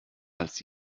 als